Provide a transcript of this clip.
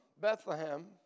Bethlehem